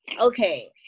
okay